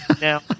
Now